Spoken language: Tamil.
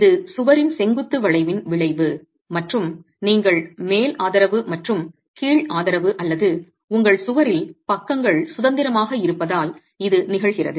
இது சுவரின் செங்குத்து வளைவின் விளைவு மற்றும் நீங்கள் மேல் ஆதரவு மற்றும் கீழ் ஆதரவு அல்லது உங்கள் சுவரில் பக்கங்கள் சுதந்திரமாக இருப்பதால் இது நிகழ்கிறது